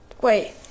wait